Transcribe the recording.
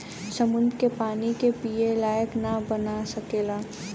समुन्दर के पानी के पिए लायक ना बना सकेला